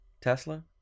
Tesla